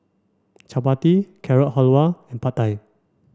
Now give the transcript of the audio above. Chapati Carrot Halwa and Pad Thai